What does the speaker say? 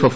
F